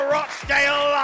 Rochdale